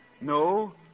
No